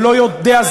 לא יודע.